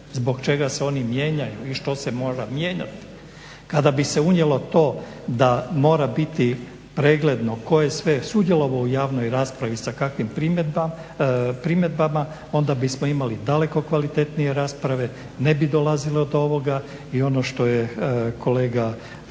zbog čega se oni mijenjaju i što se mora mijenjat, kad bi se unijelo to da mora biti pregledno tko je sve sudjelovao u javnoj raspravi sa kakvim primjedbama, onda bismo imali daleko kvalitetnije rasprave, ne bi dolazilo do ovoga i ono što je kolega Šuker